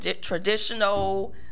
traditional